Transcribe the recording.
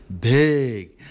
big